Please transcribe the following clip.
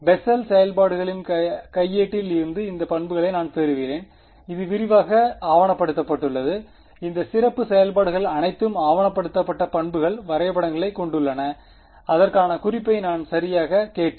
Bessel செயல்பாடுகளின் கையேட்டில் இருந்து இந்த பண்புகளை நான் பெறுகிறேன் இது விரிவாக ஆவணப்படுத்தப்பட்டுள்ளது இந்த சிறப்பு செயல்பாடுகள் அனைத்தும் ஆவணப்படுத்தப்பட்ட பண்புகள் வரைபடங்களைக் கொண்டுள்ளன அதற்கான குறிப்பை நான் சரியாகச் சேர்ப்பேன்